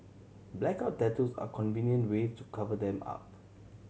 blackout tattoos are convenient way to cover them up